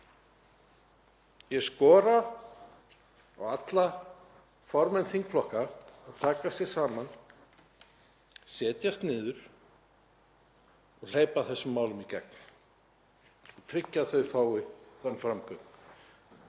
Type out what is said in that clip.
Ég skora á alla formenn þingflokka að taka sig saman, setjast niður og hleypa þessum málum í gegn, tryggja að þau fái framgang,